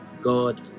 God